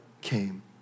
came